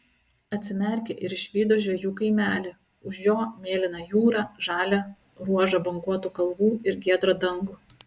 atsimerkė ir išvydo žvejų kaimelį už jo mėlyną jūrą žalią ruožą banguotų kalvų ir giedrą dangų